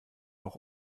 auch